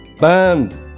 Band